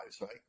right